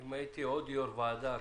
אם הייתי עוד יו"ר ועדה,